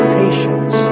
patience